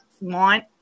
want